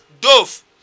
dove